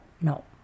no